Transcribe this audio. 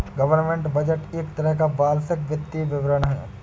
government budget एक तरह का वार्षिक वित्तीय विवरण है